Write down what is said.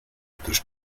otros